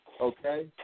Okay